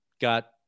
Got